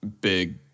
big